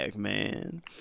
Man